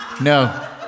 No